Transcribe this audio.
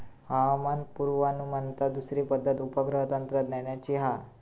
हवामान पुर्वानुमानात दुसरी पद्धत उपग्रह तंत्रज्ञानाची हा